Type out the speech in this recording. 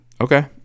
okay